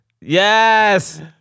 Yes